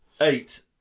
Eight